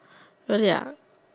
really ah